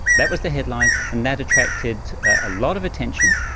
that was the headline and that attracted a lot of attention.